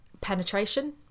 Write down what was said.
penetration